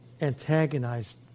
antagonized